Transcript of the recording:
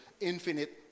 infinite